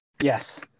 Yes